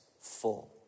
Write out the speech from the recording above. full